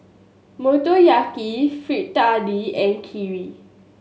Motoyaki Fritada and Kheer